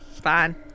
Fine